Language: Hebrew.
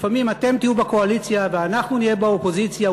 לפעמים אתם תהיו בקואליציה ואנחנו נהיה באופוזיציה,